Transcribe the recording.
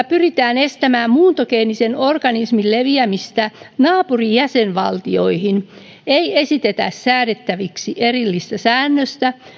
pyritään estämään muuntogeenisen organismin leviämistä naapurijäsenvaltioihin ei esitetä säädettäväksi erillistä säännöstä